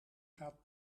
gaat